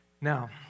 Now